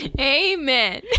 amen